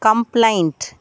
complaint